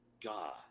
God